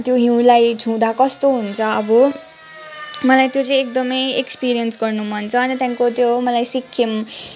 त्यो हिउँलाई छुँदा कस्तो हुन्छ अब मलाई त्यो चाहिँ एकदमै एक्सपिरियन्स गर्नु मन छ अन्त त्यहाँदेखिको त्यो मलाई सिक्किमको